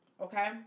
okay